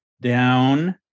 down